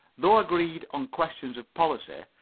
though agreed on questions of policy,